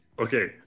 okay